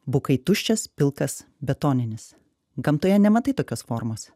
bukai tuščias pilkas betoninis gamtoje nematai tokios formos